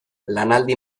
lanaldi